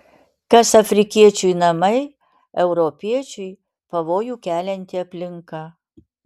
kas afrikiečiui namai europiečiui pavojų kelianti aplinka